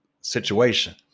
situation